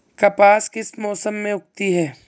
कपास किस मौसम में उगती है?